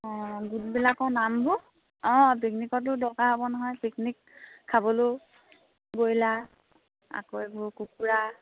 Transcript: অঁ গোটবিলাকৰ নামবোৰ অঁ পিকনিকতো দৰকাৰ হ'ব নহয় পিকনিক খাবলৈও বইলাৰ আকৌ এইবোৰ কুকুৰা